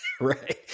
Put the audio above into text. Right